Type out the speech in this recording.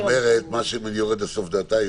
אם אני יורד לסוף דעתה,